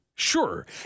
Sure